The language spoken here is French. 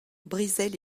brisaient